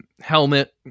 helmet